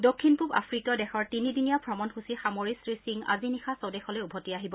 দক্ষিণ পূব আফ্ৰিকীয় দেশৰ তিনিদিনীয়া ভ্ৰমণসুচী সামৰি শ্ৰীসিং আজি নিশা স্বদেশলৈ উভতি আহিব